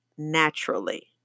Naturally